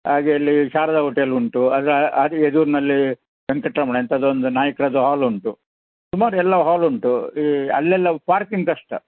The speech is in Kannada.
ಹಾಗೇ ಅಲ್ಲಿ ಶಾರದ ಹೊಟೆಲ್ ಉಂಟು ಅದು ಅದು ಎದುರಿನಲ್ಲೆ ವೆಂಕಟರಮಣ ಎಂಥದ್ದೋ ಒಂದು ನಾಯಕ್ರದ್ದು ಹಾಲ್ ಉಂಟು ಸುಮಾರು ಎಲ್ಲ ಹಾಲ್ ಉಂಟು ಈ ಅಲ್ಲೆಲ್ಲ ಪಾರ್ಕಿಂಗ್ ಕಷ್ಟ